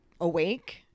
awake